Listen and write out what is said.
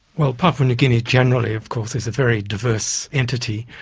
well, papua new guinea generally of course is a very diverse entity,